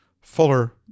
fuller